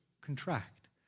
contract